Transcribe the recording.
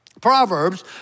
Proverbs